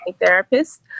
therapist